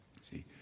See